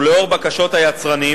ולאור בקשות היצרנים